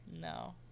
No